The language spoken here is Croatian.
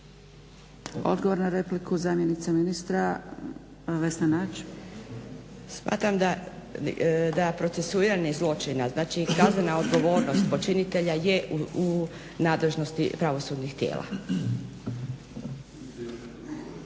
Odgovor na repliku, zamjenica ministra Vesna Nađ. **Nađ, Vesna (SDP)** Ispada da procesuiranje zločina, znači i kaznena odgovornost počinitelja je u nadležnosti pravosudnih tijela.